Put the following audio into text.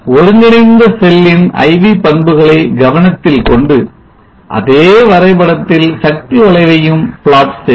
ஒருங்கிணைந்த செல்லின் IV பண்புகளை கவனத்தில் கொண்டு அதே வரைபடத்தில் சக்தி வளைவையும் plot செய்வோம்